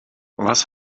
was